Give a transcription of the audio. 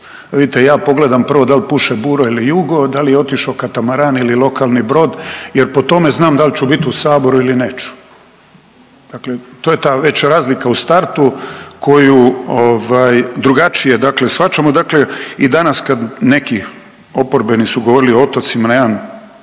vidite, ja pogledam prvo dal' puše bura ili jugo, da li je otišao katamaran ili lokalni brod, jer po tome znam dal' ću bit u Saboru ili neću? Dakle, to je ta već razlika u startu koju drugačije, dakle shvaćamo. Dakle i danas kad neki oporbeni su govorili o otocima